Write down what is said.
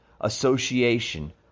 Association